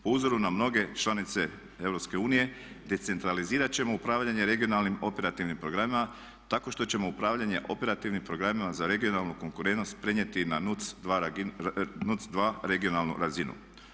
Po uzoru na mnoge članice EU decentralizirat ćemo upravljanje regionalnim operativnim programima tako što ćemo upravljanje operativnim programima za regionalnu konkurentnost prenijeti na NUTS 2 regionalnu razinu.